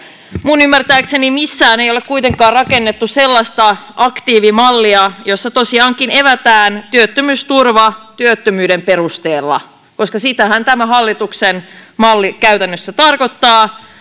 minun ymmärtääkseni missään ei ole kuitenkaan rakennettu sellaista aktiivimallia jossa tosiaankin evätään työttömyysturva työttömyyden perusteella sitähän tämä hallituksen malli käytännössä tarkoittaa